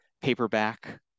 paperback